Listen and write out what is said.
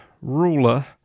ruler